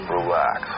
Relax